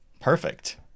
perfect